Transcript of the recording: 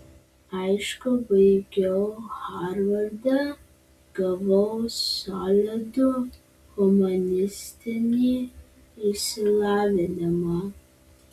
aišku baigiau harvardą gavau solidų humanistinį išsilavinimą